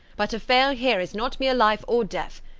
but to fail here, is not mere life or death.